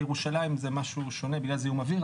בירושלים זה שונה בגלל זיהום אוויר,